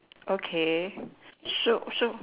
okay so so